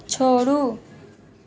छोड़ू